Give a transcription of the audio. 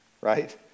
right